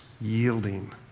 yielding